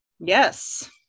Yes